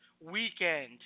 weekend